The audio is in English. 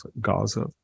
Gaza